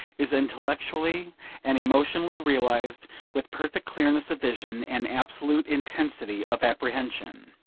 is intellectually and emotionally realised with perfect clearness of vision and absolute intensity of apprehension.